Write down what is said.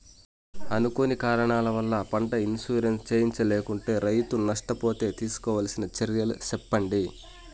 అనుకోని కారణాల వల్ల, పంట ఇన్సూరెన్సు చేయించలేకుంటే, రైతు నష్ట పోతే తీసుకోవాల్సిన చర్యలు సెప్పండి?